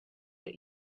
that